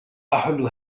أحل